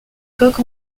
coque